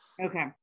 Okay